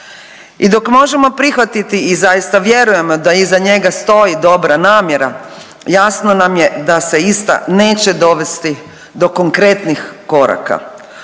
I dok možemo prihvatiti i zaista vjerujemo da iza njega stoji dobra namjera jasno nam je da se ista neće dovesti do konkretnih koraka.